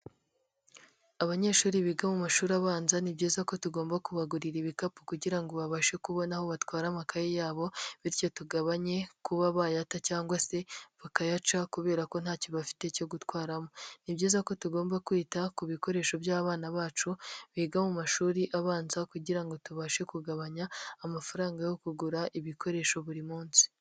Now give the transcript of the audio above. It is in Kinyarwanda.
Abanyeshuri biga mu mashuri abanza, ni byiza ko tugomba kubagurira ibikapu kugira ngo babashe kubona aho batwara amakaye yabo, bityo tugabanye kuba bayata cyangwa se bakayaca kubera ko ntacyo bafite cyo gutwaramo. Ni byiza ko tugomba kwita ku bikoresho by'abana bacu biga mu mashuri abanza kugira ngo tubashe kugabanya amafaranga yo kugura ibikoresho buri munsi.